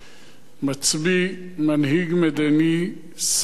מצביא, מנהיג מדיני, שר,